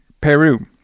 Peru